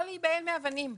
לא להיבהל מאבנים.